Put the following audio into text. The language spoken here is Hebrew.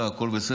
הכול בסדר,